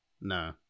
No